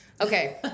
Okay